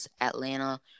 Atlanta